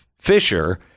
Fisher